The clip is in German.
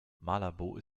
malabo